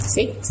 Six